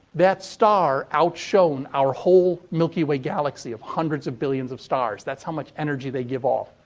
that star outshone our whole milky way galaxy of hundreds of billions of stars. that's how much energy they give off.